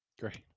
Great